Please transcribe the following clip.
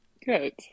good